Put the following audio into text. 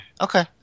Okay